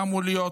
היה אמור להיות